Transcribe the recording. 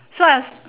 so I